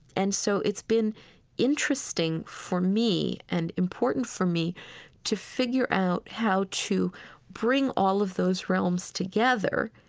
and so it's been interesting for me and important for me to figure out how to bring all of those realms together.